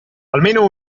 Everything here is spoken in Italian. almeno